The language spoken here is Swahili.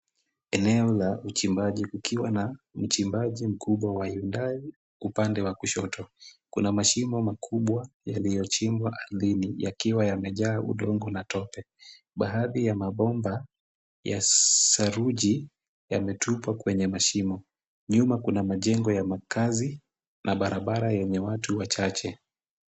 Eneo la uchimbaji kukiwa na uchimbaji mkubwa wa Hyundai upande wa kushoto. Kuna mashimo makubwa yaliyochimbwa ardhini yakiwa yamejaa udongo na tope. Baadhi ya mabomba ya saruji yametupwa kwenye mashimo. Nyuma kuna majengo ya makaazi na barabara yenye watu wachache.